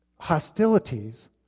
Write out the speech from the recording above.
hostilities